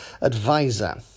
advisor